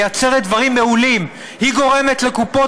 מייצרת דברים מעולים: היא גורמת לקופות